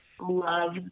love